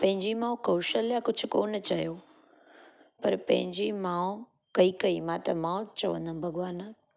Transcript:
पंहिंजी माउ कौशल्या कुझु कोन्ह चयो पर पंहिंजी माउ कैकई मां त माउ चवंदमि भॻवानु आहे